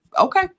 okay